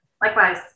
Likewise